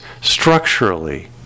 structurally